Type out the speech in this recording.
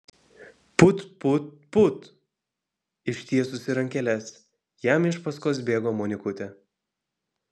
put put put ištiesusi rankeles jam iš paskos bėgo monikutė